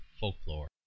folklore